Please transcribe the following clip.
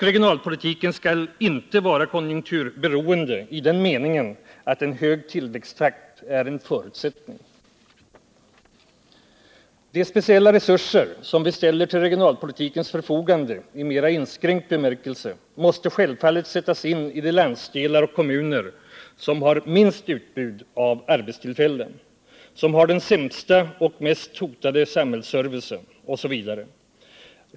Regionalpolitiken skall inte vara konjunkturberoende i den meningen att en hög tillväxttakt är en förutsättning. De speciella resurser som vi ställer till regionalpolitikens förfogande i mera inskränkt bemärkelse måste självfallet sättas in i de landsdelar och kommuner som har minst utbud av arbetstillfällen, som har den sämsta och mest hotade samhällsservicen osv.